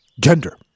gender